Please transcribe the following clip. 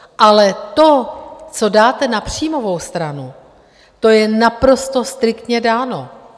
Ale to, co dáte na příjmovou stranu, je naprosto striktně dáno.